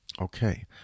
Okay